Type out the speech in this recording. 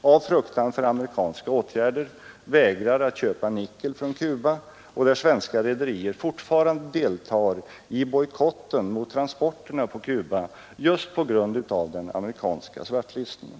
av fruktan för amerikanska åtgärder vägrar att köpa nickel från Cuba, och där svenska rederier fortfarande deltar i bojkotten 89 mot transporterna på Cuba just på grund av den amerikanska svartlistningen.